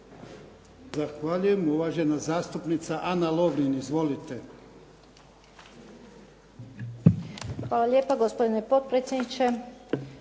Zahvaljujem. Uvažena zastupnica Ana Lovrin. Izvolite. **Lovrin, Ana (HDZ)** Hvala lijepa gospodine potpredsjedniče,